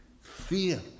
fear